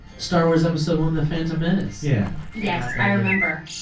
star wars episode one, the phantom menace. yeah yes, i remember.